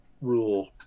rule